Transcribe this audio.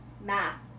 Math